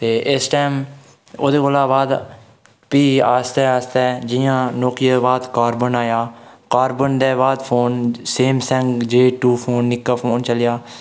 ते इस टैम ओह्दे कोला बाद भी आस्तै आस्तै जि'यां नोकिया दे बाद कार्बन आया कार्बन दे बाद phone Samsung J two phone नि'क्का फोन चलेआ